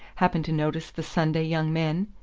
happened to notice the sunday young men?